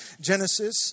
Genesis